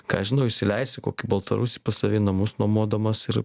ką aš žinau įsileisi kokį baltarusį pas save į namus nuomodamas ir